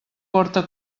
porta